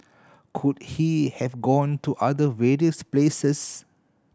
could he have gone to other various places